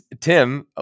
Tim